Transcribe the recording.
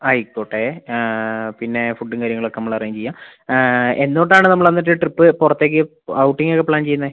ആയിക്കോട്ടെ പിന്നെ ഫുഡും കാര്യങ്ങളൊക്കെ നമ്മൾ അറേഞ്ച് ചെയ്യാം എന്ന് തൊട്ടാണ് നമ്മൾ എന്നിട്ട് ട്രിപ്പ് പുറത്തേക്ക് ഔട്ടിംഗ് ഒക്കെ പ്ലാൻ ചെയ്യുന്നത്